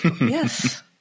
Yes